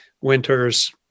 winter's